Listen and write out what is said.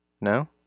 No